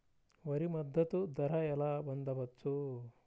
వరి మద్దతు ధర ఎలా పొందవచ్చు?